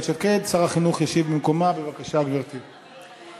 בנושא: הצעת חוק ההוצאה לפועל (תיקון,